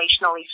relationally